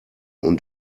und